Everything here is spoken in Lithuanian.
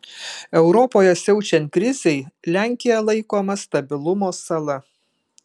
europoje siaučiant krizei lenkija laikoma stabilumo sala